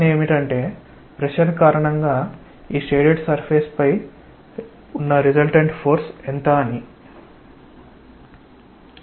ప్రశ్న ఏమిటంటే ప్రెషర్ కారణంగా ఈ షేడెడ్ సర్ఫేస్ పై రిసల్టెంట్ ఫోర్స్ ఏమిటి అని